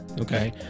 okay